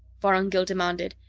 vorongil demanded,